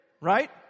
Right